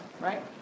right